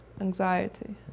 anxiety